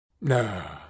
No